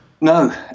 No